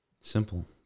Simple